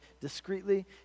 discreetly